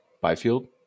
Byfield